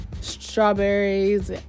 strawberries